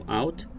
out